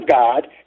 God